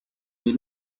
dei